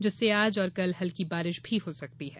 जिससे आज और कल हल्की बारिश भी हो सकती है